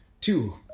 two